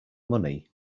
money